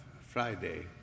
Friday